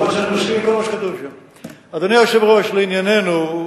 אדוני היושב-ראש, לענייננו.